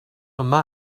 yma